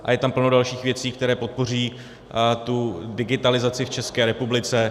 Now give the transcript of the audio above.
A je tam plno dalších věcí, které podpoří digitalizaci v České republice.